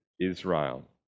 Israel